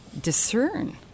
discern